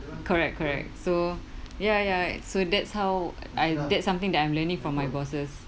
correct correct so ya ya so that's how I that's something that I'm learning from my bosses